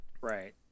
Right